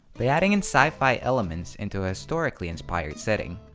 by adding in sci-fi elements into a historically-inspired setting,